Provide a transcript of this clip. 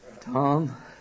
Tom